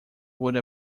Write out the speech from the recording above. would